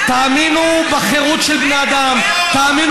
אפשר לחוקק הרבה דברים.